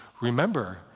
remember